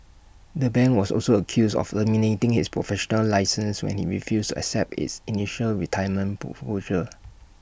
the bank was also accused of terminating his professional licenses when he refused accept its initial retirement proposal